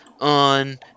on